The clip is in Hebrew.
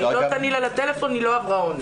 אם לא תנעי לה לטלפון היא לא עברה אונס.